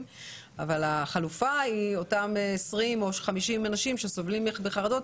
אבל החלופה היא שאותם 20 או 50 אנשים שסובלים מחרדות